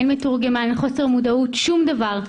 אין מתורגמן, חוסר מודעות שום דבר.